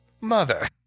mother